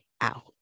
out